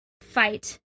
fight